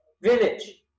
Village